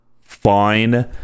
Fine